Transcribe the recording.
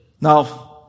Now